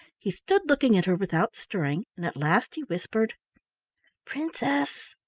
he stood looking at her without stirring, and at last he whispered princess!